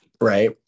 right